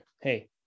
hey